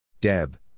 Deb